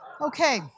Okay